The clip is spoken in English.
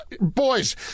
Boys